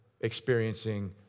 experiencing